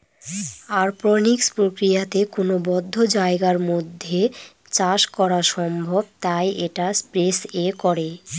অরপনিক্স প্রক্রিয়াতে কোনো বদ্ধ জায়গার মধ্যে চাষ করা সম্ভব তাই এটা স্পেস এ করে